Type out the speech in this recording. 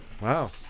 wow